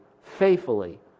faithfully